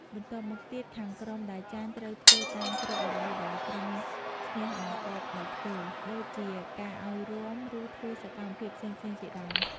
បន្ទាប់មកទៀតខាងក្រុមដែលចាញ់ត្រូវធ្វើតាមគ្រប់អ្វីដែលក្រុមឈ្នះបង្គាប់ឲ្យធ្វើ ដូចជាការឲ្យរាំ ឬធ្វើសកម្មភាពផ្សេងៗជាដើម។